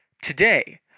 Today